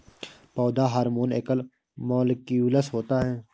पौधा हार्मोन एकल मौलिक्यूलस होता है